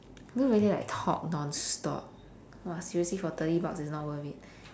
you don't really like talk non-stop !wah! seriously for thirty bucks it's not worth it